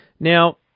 Now